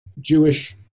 jewish